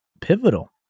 pivotal